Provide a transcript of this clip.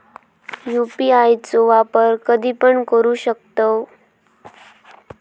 UPI चो वापर कधीपण करू शकतव?